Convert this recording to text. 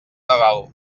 nadal